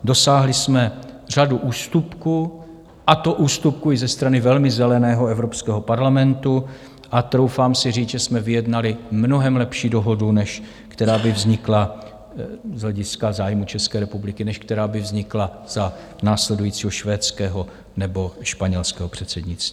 Dosáhli jsme řady ústupků, a to ústupků i ze strany velmi zeleného Evropského parlamentu, a troufám si říct, že jsme vyjednali mnohem lepší dohodu, než která by vznikla z hlediska zájmů České republiky než která by vznikla za následujícího švédského nebo španělského předsednictví.